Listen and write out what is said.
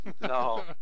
No